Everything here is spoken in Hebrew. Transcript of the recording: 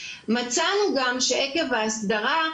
מצאנו גם שעקב ההסדרה,